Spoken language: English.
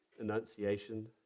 enunciation